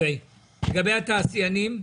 מה לגבי התעשיינים?